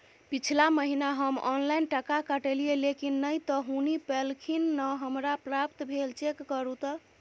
पिछला महीना हम ऑनलाइन टका कटैलिये लेकिन नय त हुनी पैलखिन न हमरा प्राप्त भेल, चेक करू त?